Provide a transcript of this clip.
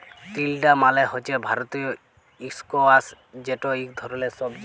তিলডা মালে হছে ভারতীয় ইস্কয়াশ যেট ইক ধরলের সবজি